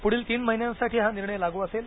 पुढील तीन महिन्यांसाठी हा निर्णय लागू असेल